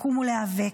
לקום ולהיאבק".